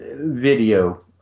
video